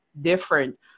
different